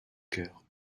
cœur